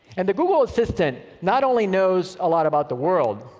and the google assistant not only knows a lot about the world,